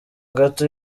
gato